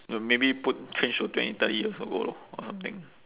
maybe put change to twenty thirty years ago lor or something